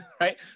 right